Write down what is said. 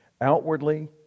Outwardly